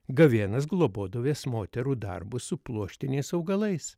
gavėnas globoduvės moterų darbo su pluoštiniais augalais